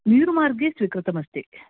नीरुमार्गे स्वीकृतमस्ति